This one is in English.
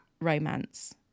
romance